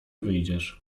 wyjdziesz